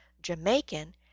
Jamaican